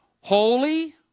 holy